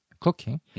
cooking